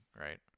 right